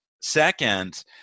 Second